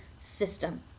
system